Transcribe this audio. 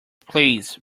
please